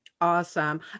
Awesome